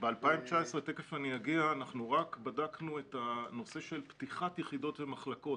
ב-2019 בדקנו רק את הנושא של פתיחת יחידות ומחלקות.